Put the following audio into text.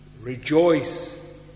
Rejoice